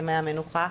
ימי המנוחה,